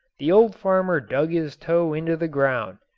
the old farmer dug his toe into the ground,